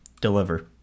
deliver